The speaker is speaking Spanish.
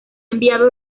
enviado